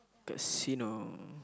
casino